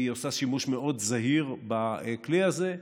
היא עושה שימוש מאוד זהיר בכלי הזה.